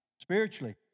spiritually